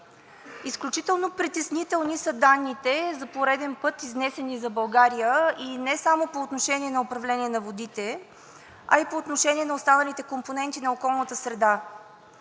Изключително притеснителни са данните за пореден път, изнесени за България, не само по отношение на управление на водите, а и по отношение на останалите компоненти на околната среда.